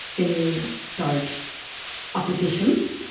can you start applications,